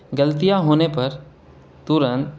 غلطیاں ہونے پر ترنت